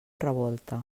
revolta